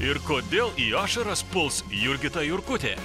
ir kodėl į ašaras puls jurgita jurkutė